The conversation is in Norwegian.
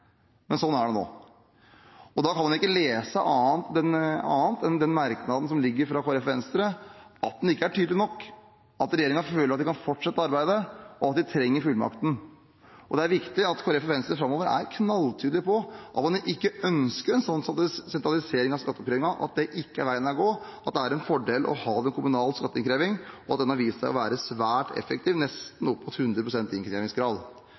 Men sånn er det ikke nå. Og da kan man ikke lese annet av den merknaden som ligger fra Kristelig Folkeparti og Venstre, enn at den ikke er tydelig nok – at regjeringen føler at de kan fortsette arbeidet, og at de trenger fullmakten. Det er viktig at Kristelig Folkeparti og Venstre framover er knalltydelige på at man ikke ønsker en sånn sentralisering av skatteinnkrevingen, at det ikke er veien å gå, at det er en fordel å ha kommunal skatteinnkreving, og at den har vist seg å være svært effektiv, nesten opp mot